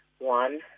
One